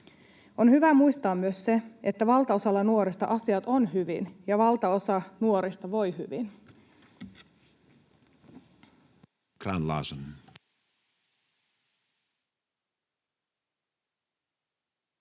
On hyvä muistaa myös se, että valtaosalla nuorista asiat on hyvin ja valtaosa nuorista voi hyvin.